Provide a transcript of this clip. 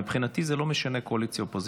מבחינתי זה לא משנה קואליציה-אופוזיציה,